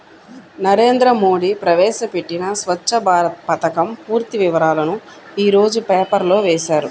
నరేంద్ర మోడీ ప్రవేశపెట్టిన స్వఛ్చ భారత్ పథకం పూర్తి వివరాలను యీ రోజు పేపర్లో వేశారు